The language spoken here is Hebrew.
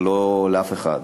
לא לאף אחד,